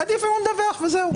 עדיף לנו לדווח וזהו.